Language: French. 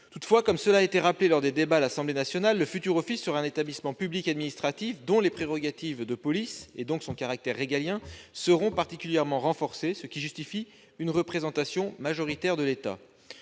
Toutefois, comme cela a été rappelé lors des débats à l'Assemblée nationale, le futur office sera un établissement public administratif, dont les prérogatives de police, et donc le caractère régalien, seront particulièrement renforcées, ce qui justifie une représentation majoritaire de l'État.